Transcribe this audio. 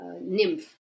nymph